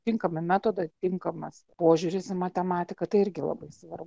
tinkami metodai tinkamas požiūris į matematiką tai irgi labai svarbu